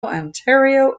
ontario